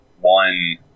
one